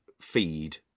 feed